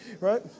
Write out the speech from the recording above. Right